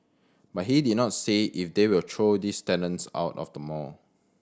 but he did not say if they will throw these tenants out of the mall